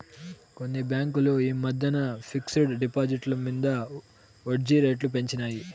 కొన్ని బాంకులు ఈ మద్దెన ఫిక్స్ డ్ డిపాజిట్ల మింద ఒడ్జీ రేట్లు పెంచినాయి